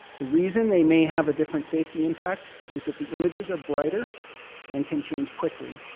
the reason they may have a different safety impact is that the images are brighter and can change quickly,